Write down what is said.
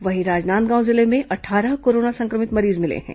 वहीं राजनांदगांव जिले में अट्ठारह कोरोना संक्रमित मरीज मिले थे